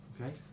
Okay